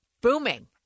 Booming